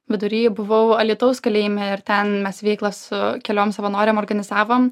vidury buvau alytaus kalėjime ir ten mes veiklą su keliom savanorėm organizavom